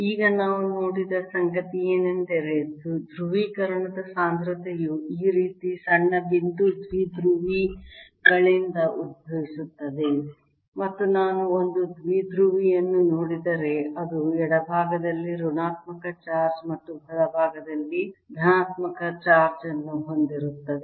ಈಗ ನಾವು ನೋಡಿದ ಸಂಗತಿಯೆಂದರೆ ಧ್ರುವೀಕರಣದ ಸಾಂದ್ರತೆಯು ಈ ರೀತಿಯ ಸಣ್ಣ ಬಿಂದು ದ್ವಿಧ್ರುವಿಗಳಿಂದ ಉದ್ಭವಿಸುತ್ತದೆ ಮತ್ತು ನಾನು ಒಂದು ದ್ವಿಧ್ರುವಿಯನ್ನು ನೋಡಿದರೆ ಅದು ಎಡಭಾಗದಲ್ಲಿ ಋಣಾತ್ಮಕ ಚಾರ್ಜ್ ಮತ್ತು ಬಲಭಾಗದಲ್ಲಿ ಧನಾತ್ಮಕ ಚಾರ್ಜ್ ಅನ್ನು ಹೊಂದಿರುತ್ತದೆ